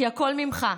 כי הכול ממך,